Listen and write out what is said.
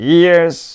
Years